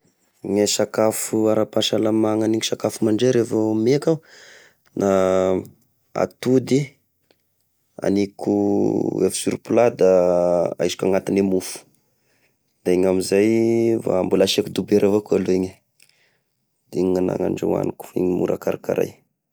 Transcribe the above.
Gne sakafo ara- pahasalama aniko sakafo mandray rehefa meky aho! Da atody aniko œuf sur plat da aisiko agnatiny e mofo, da iny amzay da mbola asiako dibera avakoa aloa igny e, da gny ana no andoaniko, igny mora karakaray.